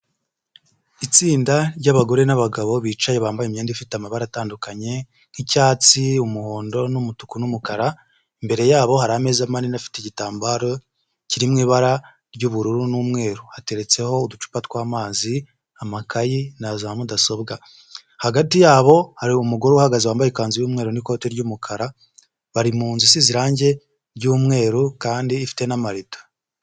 Itsinda ry'abagore n'abagabo bicaye bambaye imyenda ifite amabara atandukanye nk'icyatsi, umuhondo, n'umutuku n'umukara imbere yabo hari ameza manini afite igitambaro kirimo ibara ry'ubururu n'umweru hateretseho uducupa twa'mazi, amakayi na za mudasobwa hagati yabo hari umugore uhagaze wambaye ikanzu y'umweru n'ikoti ry'umukara bari mu nzu isize irangi ry'umweru kandi ifite n'amarido